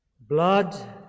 Blood